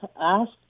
ask